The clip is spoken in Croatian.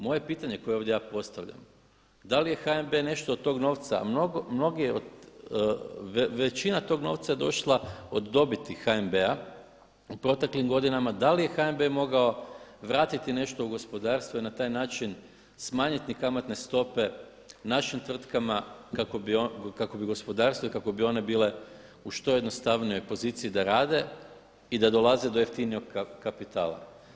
Moje pitanje koja ovdje ja postavljam da li je HNB nešto od tog novca, većina tog novca je došla od dobiti HNB-a u proteklim godinama, da li je HNB mogao vratiti nešto u gospodarstvo i na taj način smanjiti kamatne stope našim tvrtkama kako bi gospodarstvo i kako bi one bile u što jednostavnijoj poziciji da rade i da dolaze do jeftinijeg kapitala?